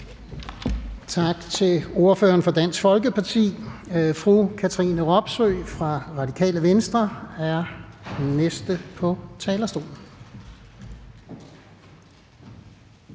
Tak til ordføreren for Dansk Folkeparti. Fru Katrine Robsøe fra Radikale Venstre er den næste på talerstolen.